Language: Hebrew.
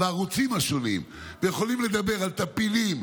והערוצים השונים ויכולים לדבר על טפילים,